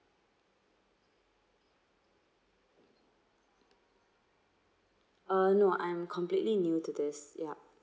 uh no I'm completely new to this yup